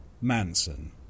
Manson